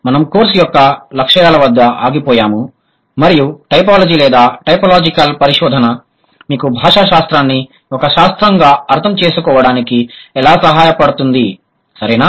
మనం కోర్సు యొక్క లక్ష్యాల వద్ద ఆగిపోయాము మరియు టైపోలాజీ లేదా టైపోలాజికల్ పరిశోధన మీకు భాషా శాస్త్రాన్ని ఒక శాస్త్రంగా అర్థం చేసుకోవడానికి ఎలా సహాయపడుతుంది సరేనా